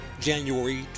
January